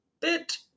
bit